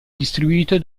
distribuito